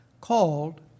called